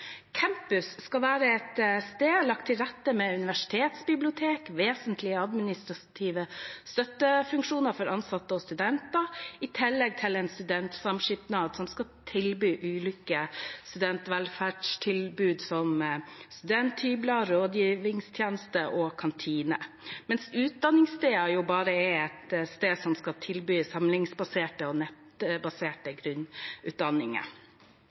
skal være et sted lagt til rette med universitetsbibliotek, vesentlige administrative støttefunksjoner for ansatte og studenter i tillegg til en studentsamskipnad som skal tilby ulike studentvelferdstilbud som studenthybler, rådgivningstjeneste og kantine, mens et utdanningssted jo bare er et sted som skal tilby samlingsbaserte og nettbaserte grunnutdanninger.